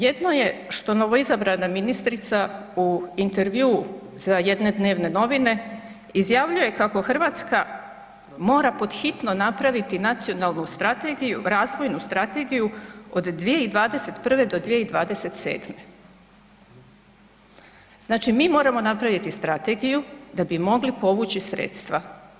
Jedno je što novoizabrana ministrica u intervjuu za jedne dnevne novine izjavljuje kako Hrvatska mora pod hitno napraviti nacionalnu strategiju, razvojnu strategiju od 2021. do 2027., znači mi moramo napraviti strategiju da bi mogli povući sredstva.